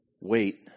wait